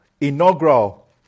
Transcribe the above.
inaugural